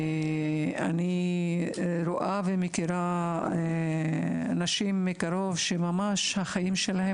אני רואה ומכירה נשים מקרוב שממש החיים שלהן